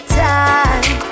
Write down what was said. time